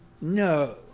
No